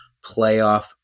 playoff